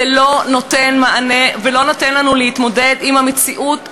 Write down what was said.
לא נותנות מענה ולא נותנות לנו להתמודד עם המציאות המשתנה,